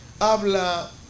habla